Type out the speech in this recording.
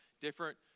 different